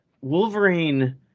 Wolverine